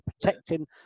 protecting